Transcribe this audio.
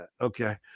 Okay